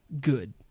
good